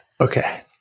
okay